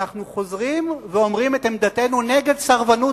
אנחנו חוזרים ואומרים את עמדתנו נגד סרבנות